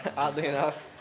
oddly enough.